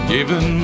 Given